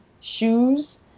shoes